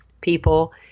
people